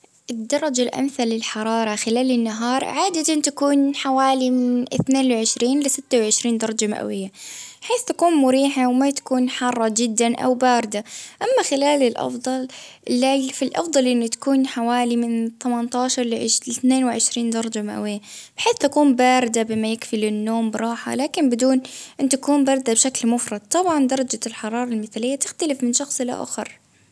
الدرجة الأمثل للحرارة خلال النهار عادة تكون حوالي من إثنين وعشرين لستة وعشرين درجة مئوية، بحيث تكون مريحة وما تكون حارة جدا أو باردة، أما خلال الأفضل الليل في الأفضل إنه تكون حوالي من ثمنة عشر لإ-إاثنين وعشرين درجة مئوية، بحيث تكون بما يكفي للنوم براحة ،لكن بدون أن تكون باردة بشكل مفرط.، طبعا درجة الحرارة المثالية بتختلف من شخص لآخر.